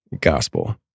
gospel